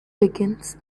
begins